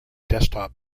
desktop